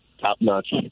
top-notch